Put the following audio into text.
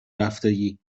رفتگی